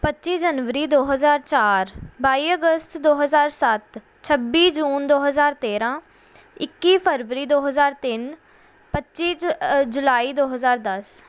ਪੱਚੀ ਜਨਵਰੀ ਦੋ ਹਜ਼ਾਰ ਚਾਰ ਬਾਈ ਅਗਸਤ ਦੋ ਹਜ਼ਾਰ ਸੱਤ ਛੱਬੀ ਜੂਨ ਦੋ ਹਜ਼ਾਰ ਤੇਰਾਂ ਇੱਕੀ ਫਰਵਰੀ ਦੋ ਹਜ਼ਾਰ ਤਿੰਨ ਪੱਚੀ ਜੁ ਜੁਲਾਈ ਦੋ ਹਜ਼ਾਰ ਦਸ